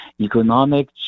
economic